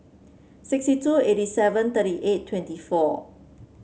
sixty two eighty seven thirty eight twenty four